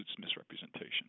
misrepresentation